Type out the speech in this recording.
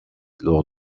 lors